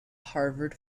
harvard